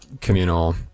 communal